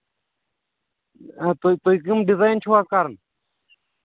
تُہۍ تُہۍ کَم ڈِزاین چھِوا کَران